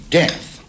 death